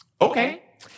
Okay